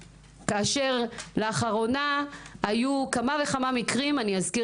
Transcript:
כאשר לאחרונה היו כמה וכמה מקרים ואני אזכיר